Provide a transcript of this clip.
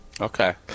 Okay